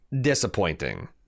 disappointing